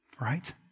Right